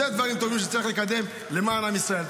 אלה דברים טובים שצריך לקדם למען עם ישראל.